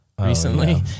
recently